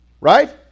right